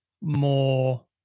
more